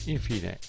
Infine